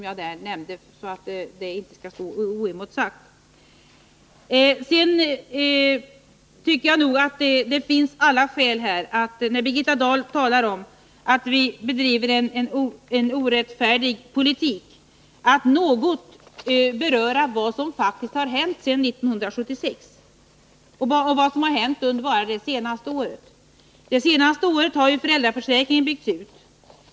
Jag vill inte att Gertrud Sigurdens uttalande skall stå oemotsagt. Då Birgitta Dahl säger att vi bedriver en orättfärdig politik, tycker jag att det finns skäl att något beröra vad som faktiskt har hänt sedan 1976 och särskilt vad som har hänt bara under det senaste året. Under det senaste året har ju föräldraförsäkringen byggts ut.